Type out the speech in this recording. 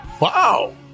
Wow